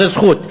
זו זכות,